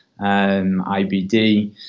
IBD